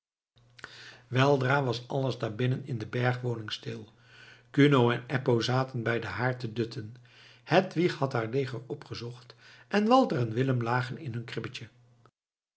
weldra was alles daar binnen in de bergwoning stil kuno en eppo zaten bij den haard te dutten hedwig had haar leger opgezocht en walter en willem lagen in hun kribbetje